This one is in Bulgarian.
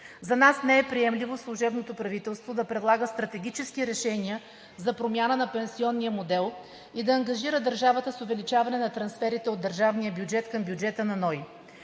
За нас не е приемливо служебното правителство да предлага стратегически решения за промяна на пенсионния модел и да ангажира държавата с увеличаване на трансферите от държавния бюджет към бюджета на НОИ.